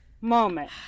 moment